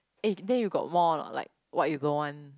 eh then you got more or not like what you don't want